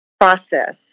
process